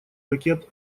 ракет